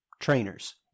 trainers